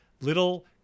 little